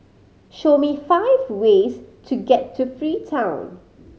show me five ways to get to Freetown